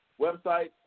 website